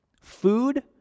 Food